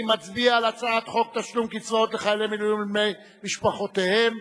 נצביע על הצעת חוק תשלום קצבאות לחיילי מילואים ולבני משפחותיהם